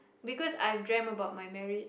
because I've dreamt about my marriage